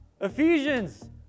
Ephesians